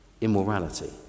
immorality